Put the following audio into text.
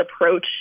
approach